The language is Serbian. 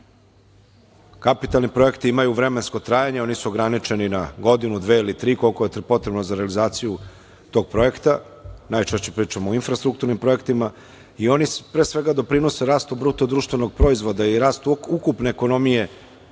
projekte. Kapitalni projekti imaju vremensko trajanje, oni su ograničeni na godinu, dve ili tri, koliko je potrebno za realizaciju tog projekta, najčešće pričam o infrastrukturnim projektima. Oni pre svega doprinose rastu BDP i rastu ukupne ekonomije